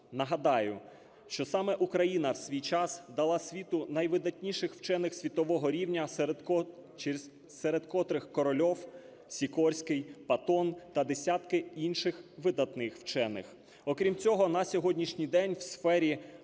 Нагадаю, що саме Україна в свій час дала світу найвидатніших вчених світового рівня, серед котрих Корольов, Сікорський, Патон та десятки інших видатних вчених. Окрім цього на сьогоднішній день в сфері